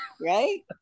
Right